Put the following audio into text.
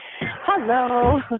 hello